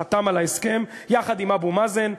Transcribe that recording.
הוא חתם על ההסכם יחד עם אבו מאזן,